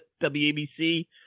WABC